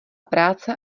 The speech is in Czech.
práce